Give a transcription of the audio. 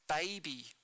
baby